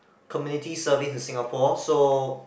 Community Service in Singapore so